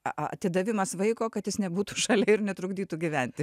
atidavimas vaiko kad jis nebūtų šalia ir netrukdytų gyventi